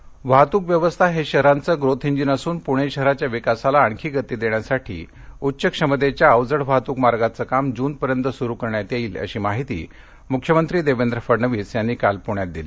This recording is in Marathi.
मख्यमंत्री वाहतूक व्यवस्था हेच शहरांचे ग्रोथ इंजीन असून पुणे शहराच्या विकासाला आणखी गती देण्यासाठी उच्च क्षमतेच्या अवजड वाहतूक मार्गाचे काम जूनपर्यंत सुरू करण्यात येईल अशी माहिती मुख्यमंत्री देवेंद्र फडणवीस यांनी काल पुण्यात दिली